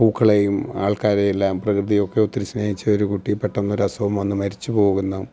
പൂക്കളെയും ആൾക്കാരെയും എല്ലാം പ്രകൃതിയെ ഒക്കെ ഒത്തിരി സ്നേഹിച്ച ഒരു കുട്ടി പെട്ടെന്ന് ഒരു അസുഖം വന്നു മരിച്ചു പോകുന്ന